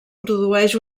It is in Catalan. produeix